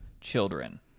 children